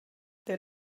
der